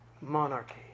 monarchy